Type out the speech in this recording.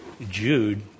Jude